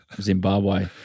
Zimbabwe